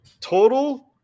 total